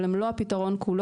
אבל הם לא הפתרון כולו.